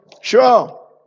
Sure